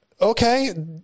okay